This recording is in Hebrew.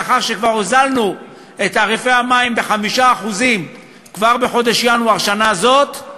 לאחר שכבר הוזלנו את תעריפי המים ב-5% בחודש ינואר בשנה הזאת,